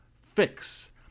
fix